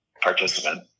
participant